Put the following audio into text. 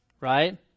right